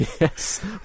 Yes